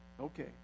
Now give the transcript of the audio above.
Okay